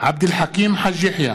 עבד אל חכים חאג' יחיא,